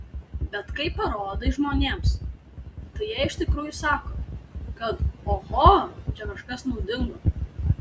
bet kai parodai žmonėms tai jie iš tikrųjų sako kad oho čia kažkas naudingo